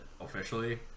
Officially